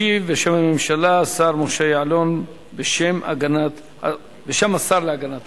ישיב בשם הממשלה השר משה יעלון, בשם השר להגנת